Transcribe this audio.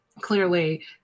Clearly